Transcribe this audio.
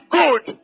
good